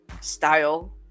style